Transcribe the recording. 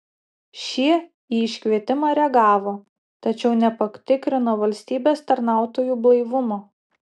šie į iškvietimą reagavo tačiau nepatikrino valstybės tarnautojų blaivumo